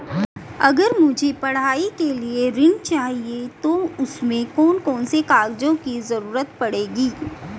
अगर मुझे पढ़ाई के लिए ऋण चाहिए तो उसमें कौन कौन से कागजों की जरूरत पड़ेगी?